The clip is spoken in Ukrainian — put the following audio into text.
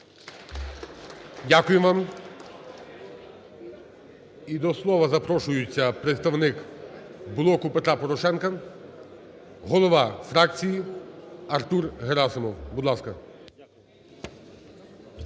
Дякую вам. І до слова запрошується представник "Блок Петра Порошенка", голова фракції Артур Герасимов. Будь ласка.